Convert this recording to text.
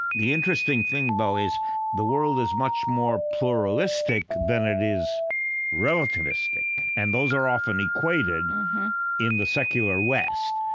the interesting thing, though, is the world is much more pluralistic than it is relativistic, and those are often equated in the secular west.